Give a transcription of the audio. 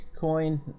coin